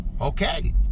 okay